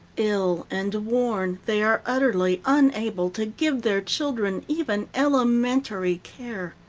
ill and worn, they are utterly unable to give their children even elementary care.